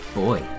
boy